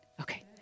okay